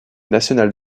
nationale